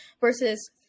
versus